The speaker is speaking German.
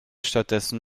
stattdessen